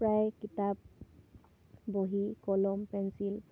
প্ৰায় কিতাপ বহী কলম পেঞ্চিল